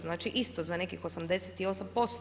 Znači isto za nekih 88%